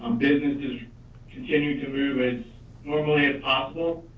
um businesses continue to move as normally as possible